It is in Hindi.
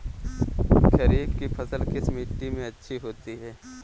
खरीफ की फसल किस मिट्टी में अच्छी होती है?